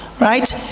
Right